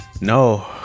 No